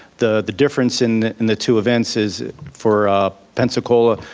the the difference in in the two events is for ah pensacola,